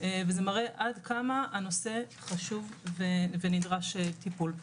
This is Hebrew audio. וזה מראה עד כמה הנושא חשוב ונדרש טיפול.